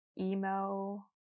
emo